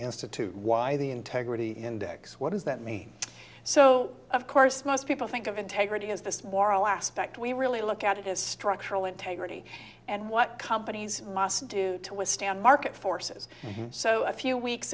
institute why the integrity index what does that mean so of course most people think of integrity as this moral aspect we really look at it as structural integrity and what companies must do to withstand market forces so a few weeks